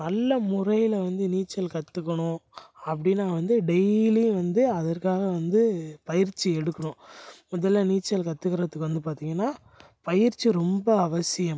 நல்ல முறையில் வந்து நீச்சல் கற்றுக்கணும் அப்படின்னா வந்து டெய்லியும் வந்து அதற்காக வந்து பயிற்சி எடுக்கணும் முதலில் நீச்சல் கற்றுக்கறதுக்கு வந்து பார்த்திங்கனா பயிற்சி ரொம்ப அவசியம்